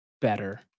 better